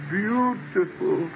beautiful